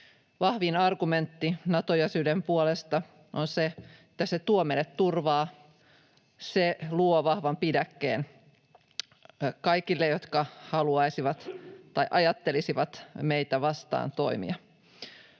Vahvin argumentti Nato-jäsenyyden puolesta on se, että se tuo meille turvaa, se luo vahvan pidäkkeen kaikille, jotka haluaisivat tai ajattelisivat meitä vastaan toimia.